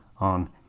on